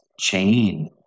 chain